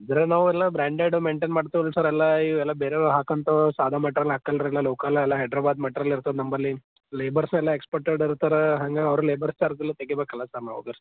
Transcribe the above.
ಬಿರ ನಾವು ಎಲ್ಲ branded maintain ಮಾಡ್ತೇವೆ ರೀ ಸರ್ ಎಲ್ಲ ಈ ಎಲ್ಲ ಬೇರೇವ್ರ್ ಹಾಕೋಂಥವು ಸಾದಾ ಮೆಟ್ರ್ಯಲ್ ಹಾಕಲ್ಲ ರೀ ಎಲ್ಲ ಲೋಕಲ್ ಅಲ್ಲ ಹೈದ್ರಾಬಾದ್ ಮೆಟ್ರ್ಯಲ್ ಇರ್ತವೆ ನಮ್ಮಲ್ಲಿ ಲೇಬರ್ಸ್ ಎಲ್ಲ ಎಕ್ಸ್ಪರ್ಟೆಡ್ ಇರ್ತರೆ ಹಂಗೆ ಅವರ ಲೇಬರ್ ಚಾರ್ಜ್ ಎಲ್ಲ ತೆಗೀಬೇಕಲ್ಲ ಸರ್ ನಾವು